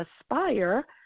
Aspire